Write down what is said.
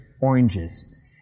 oranges